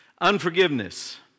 Unforgiveness